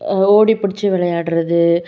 ஓடிப்பிடிச்சு விளையாட்றது